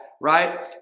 Right